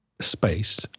space